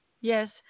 Yes